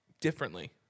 differently